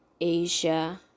asia